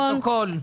לפרוטוקול.